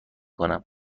کنم